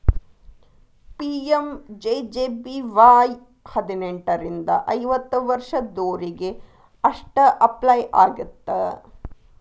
PMJJBY ಹದಿನೆಂಟರಿಂದ ಐವತ್ತ ವರ್ಷದೊರಿಗೆ ಅಷ್ಟ ಅಪ್ಲೈ ಆಗತ್ತ